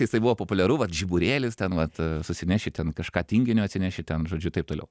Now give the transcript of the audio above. jisai buvo populiaru vat žiburėlis ten vat susineši ten kažką tinginio atsineši ten žodžiu taip toliau